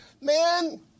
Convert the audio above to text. Man